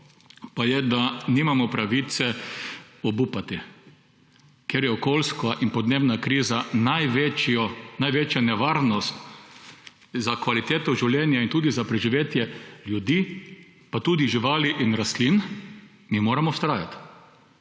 pa je, da nimamo pravice obupati, ker je okoljska in podnebna kriza največja nevarnost za kvaliteto življenja in tudi za preživetje ljudi, živali in rastlin; mi moramo vztrajati.